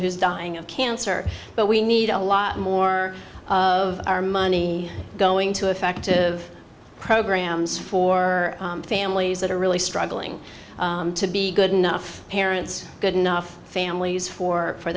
who's dying of cancer but we need a lot more of our money going to effective programs for families that are really struggling to be good enough parents good enough families for